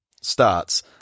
starts